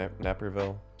Naperville